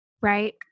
Right